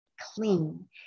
clean